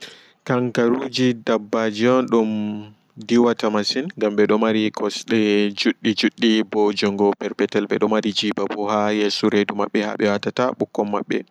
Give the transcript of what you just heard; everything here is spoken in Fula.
Kankarooji daɓɓaji on ɗum diwata masin ngam ɓedo mari kosɗe juɗɗi judɗɗi bo njungo perpetel ɓe ɗo mari jiba bo haa yeeso redu maɓɓe haa ɓe watata ɓikkon maɓɓe.